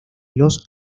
los